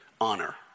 honor